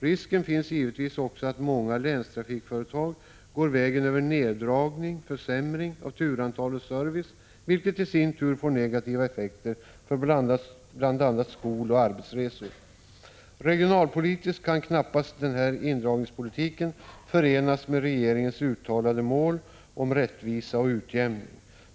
Risken finns givetvis också att många länstrafikföretag går vägen över neddragning och försämring av turantal och service, vilket i sin tur får negativa effekter för bl.a. skoloch arbetsresor. Regionalpolitiskt kan denna indragningspolitik knappast förenas med regeringens uttalade mål om rättvisa och utjämning.